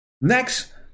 next